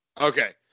okay